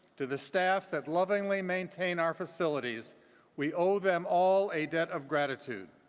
to the staff that lovingly maintain our facilities we owe them all a debt of gratitude.